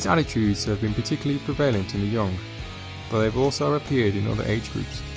attitudes have been particularly prevalent in the young, but they have also appeared in other age groups,